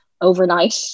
overnight